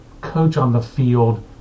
coach-on-the-field